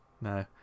no